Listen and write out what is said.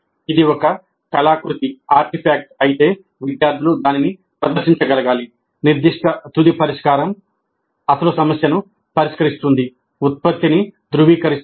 ఇది ఒక కళాకృతి అయితే విద్యార్థులు దానిని ప్రదర్శించగలగాలి నిర్దిష్ట తుది పరిష్కారం అసలు సమస్యను పరిష్కరిస్తుంది ఉత్పత్తిని ధృవీకరిస్తుంది